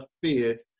feared